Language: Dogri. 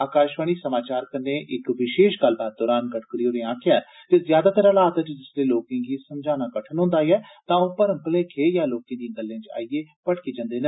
आकाशवाणी समाचार कन्नै इक विशेष गल्लबात दौरान गडकरी होरें आक्खेया जे ज्यादातर हालात च जिस्सलै लोकें गी समझाना कठन होन्दा ऐ तां ओ भर्म भलेखे या लोकें दियें गल्लें च आइयै भटकी जन्दे न